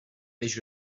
peix